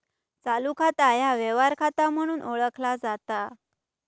चालू खाता ह्या व्यवहार खाता म्हणून ओळखला जाता